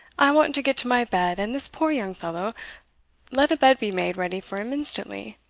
i want to get to my bed and this poor young fellow let a bed be made ready for him instantly.